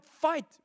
fight